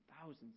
thousands